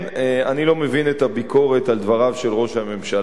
אני לא מבין את הביקורת על דבריו של ראש הממשלה.